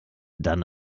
dann